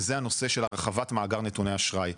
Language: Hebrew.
והוא הנושא של הרחבת מאגר נתוני אשראי.